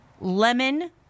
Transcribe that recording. lemon